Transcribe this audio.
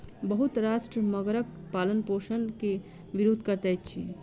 बहुत राष्ट्र मगरक पालनपोषण के विरोध करैत अछि